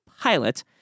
Pilot